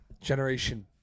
Generation